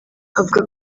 avuga